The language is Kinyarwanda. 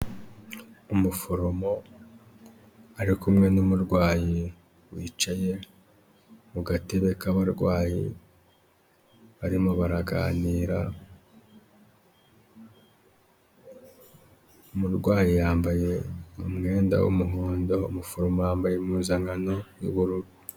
Umuforomo ari kumwe n,umurwayi wicaye mu gatebe k,abarwayi barimo baraganira umurwayi yambaye umwenda w'umuhondo umuforomo yambaye impuzankano yubururu.